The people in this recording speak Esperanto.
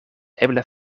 eble